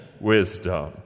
wisdom